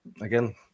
again